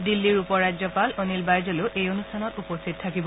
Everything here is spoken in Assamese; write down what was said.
দিল্লীৰ উপ ৰাজ্যপাল অনিল বাইজলো এই অনুষ্ঠানত উপস্থিত থাকিব